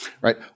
Right